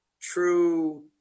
true